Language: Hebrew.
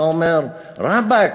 אתה אומר: רבאק,